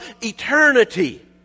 eternity